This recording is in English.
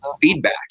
feedback